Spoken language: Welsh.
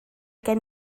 gen